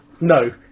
No